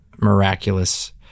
miraculous